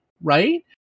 Right